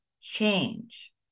change